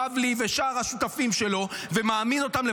בבלי ושאר השותפים שלו לפרס,